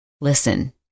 Listen